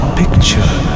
picture